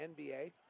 NBA